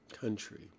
country